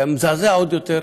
ומזעזע עוד יותר,